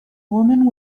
woman